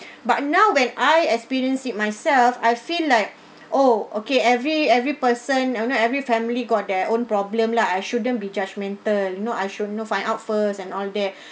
but now when I experienced it myself I feel like oh okay every every person I know every family got their own problem lah I shouldn't be judgemental you know I should know find out first and all that